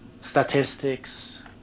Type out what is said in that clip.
statistics